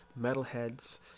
metalheads